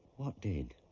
what did?